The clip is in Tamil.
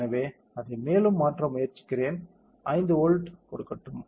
எனவே அதை மேலும் மாற்ற முயற்சிக்கிறேன் 5 வோல்ட் கொடுக்கட்டும்